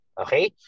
Okay